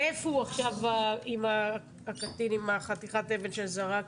ואיפה עכשיו הקטין עם חתיכת האבן שזרק?